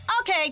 Okay